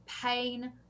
pain